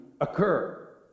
occur